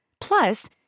Plus